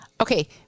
Okay